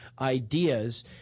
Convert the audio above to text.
ideas